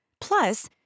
Plus